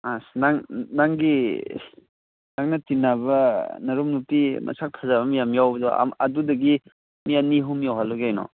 ꯑꯁ ꯅꯪ ꯅꯪꯒꯤ ꯅꯪꯅ ꯇꯤꯟꯅꯕ ꯅꯔꯨꯞ ꯅꯨꯄꯤ ꯁꯛ ꯐꯖꯕ ꯃꯌꯥꯝ ꯌꯥꯎꯕꯗꯣ ꯑꯗꯨꯗꯒꯤ ꯃꯤ ꯑꯅꯤ ꯑꯍꯨꯝ ꯌꯥꯎꯍꯜꯂꯨ ꯀꯩꯅꯣ